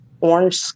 orange